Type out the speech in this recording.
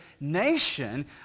nation